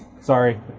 Sorry